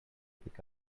pick